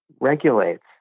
regulates